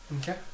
Okay